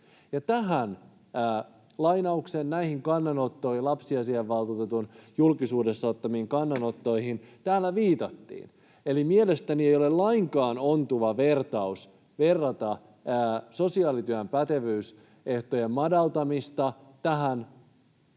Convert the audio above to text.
Tähän lainaukseen, näihin kannanottoihin, lapsiasiavaltuutetun julkisuudessa ottamiin kannanottoihin, täällä viitattiin. Eli mielestäni ei ole lainkaan ontuva vertaus verrata sosiaalityön pätevyysehtojen madaltamista kirurgin